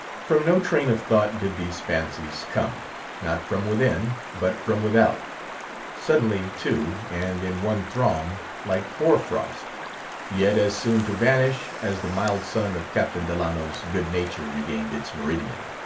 from no train of thought did these fancies come not from within, but from without suddenly, too, and in one throng, like hoar frost yet as soon to vanish as the mild sun of captain delano's good-nature regained its meridian.